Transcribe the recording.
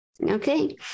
okay